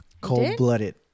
cold-blooded